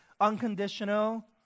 unconditional